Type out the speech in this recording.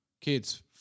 kids